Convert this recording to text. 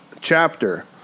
chapter